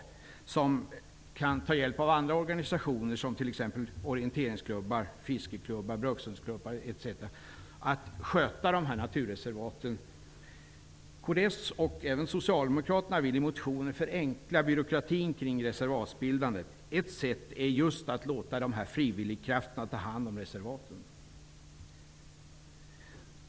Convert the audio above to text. De kan i sin tur ta hjälp av organisationer som orienteringsklubbar, fiskeklubbar, brukshundsklubbar, etc, för att sköta naturreservaten. Kds och Socialdemokraterna säger i motioner att de vill förenkla byråkratin kring reservatsbildandet. Ett sätt är just att låta frivilligkrafterna ta hand om reservaten.